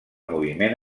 moviment